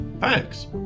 thanks